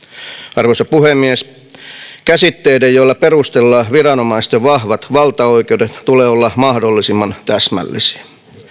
arvoisa puhemies käsitteiden joilla perustellaan viranomaisten vahvat valtaoikeudet tulee olla mahdollisimman täsmällisiä